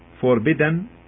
forbidden